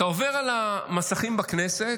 אתה עובר על המסכים בכנסת,